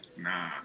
Nah